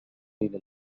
إلى